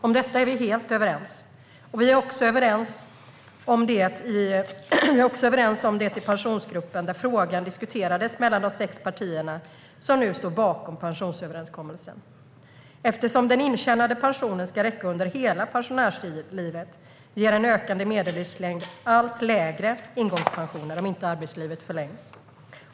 Om detta är vi helt överens, och vi är också överens om det i Pensionsgruppen, där frågan diskuteras mellan de sex partier som nu står bakom pensionsöverenskommelsen. Eftersom den intjänade pensionen ska räcka under hela pensionärslivet ger en ökande medellivslängd allt lägre ingångspensioner, om inte arbetslivet förlängs.